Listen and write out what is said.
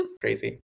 Crazy